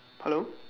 hello